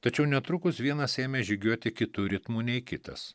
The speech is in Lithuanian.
tačiau netrukus vienas ėmė žygiuoti kitu ritmu nei kitas